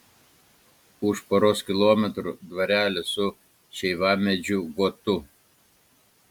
už poros kilometrų dvarelis su šeivamedžių guotu